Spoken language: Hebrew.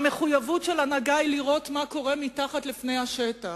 המחויבות של הנהגה היא לראות מה קורה מתחת לפני השטח,